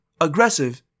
aggressive